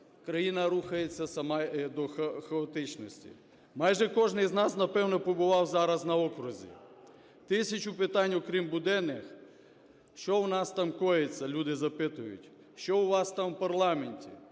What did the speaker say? країна рухається сама до хаотичності. Майже кожний з нас, напевно, побував зараз на окрузі. Тисячу питань, окрім буденних, що в нас там коїться. Люди запитують: що у вас там у парламенті?